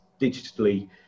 digitally